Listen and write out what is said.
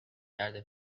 کرده